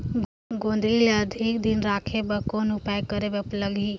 गोंदली ल अधिक दिन राखे बर कौन उपाय करे बर लगही?